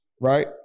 right